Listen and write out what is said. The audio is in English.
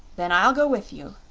then i'll go with you,